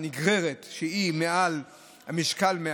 נגררת שהיא מעל המשקל,